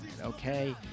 okay